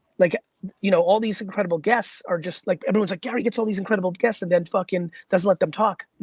like you know all these incredible guests are just. like everyone's like gary gets all these incredible guests and then fuckin' doesn't let them talk.